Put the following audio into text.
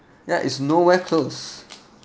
ya is nowhere close